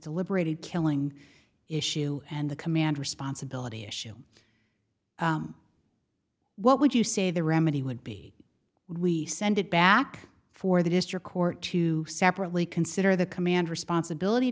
deliberate killing issue and the command responsibility issue what would you say the remedy would be when we send it back for the district court to separately consider the command responsibility